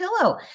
pillow